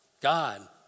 God